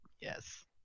Yes